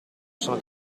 sono